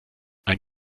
ein